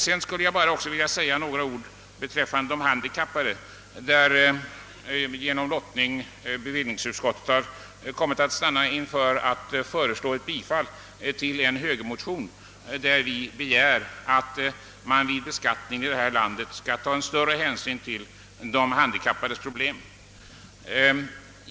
Sedan skulle jag också vilja säga några ord om de handikappade, där genom lottning bevillningsutskottet har kommit att stanna inför ett förslag att tillstyrka bifall till en högermotion, vari vi begär att vid beskattningen större hänsyn skall tas till de handikappades problem.